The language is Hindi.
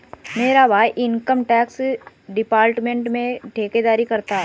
मेरा भाई इनकम टैक्स डिपार्टमेंट में ठेकेदारी करता है